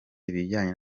ibijyanye